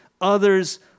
others